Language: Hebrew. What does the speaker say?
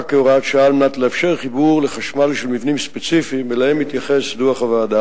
שאפשר חיבור בתים ישנים לרשת החשמל בשנות ה-80,